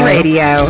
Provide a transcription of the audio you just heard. Radio